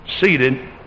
seated